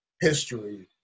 history